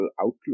outlook